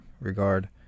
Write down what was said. regard